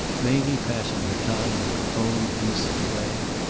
mamie passing her time in her own innocent way,